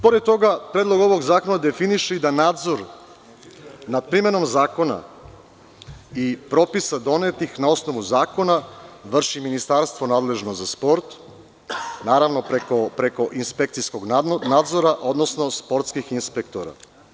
Pored toga, ovaj Predlog zakona definiše i da nadzor nad primenom zakona i propisa donetih na osnovu zakona vrši ministarstvo nadležno za sport, naravno, preko inspekcijskog nadzora, odnosno sportskih inspektora.